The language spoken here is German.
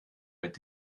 mit